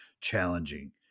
challenging